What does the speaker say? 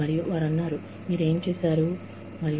మరియు మీరు ఏమి చేసారో వారు చెబుతారు